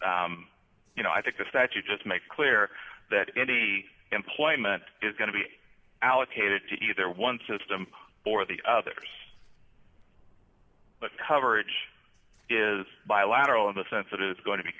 is you know i think this that you just make clear that any employment is going to be allocated to either one system or the others the coverage is bilateral in the sense that it is going to be